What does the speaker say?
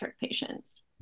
patients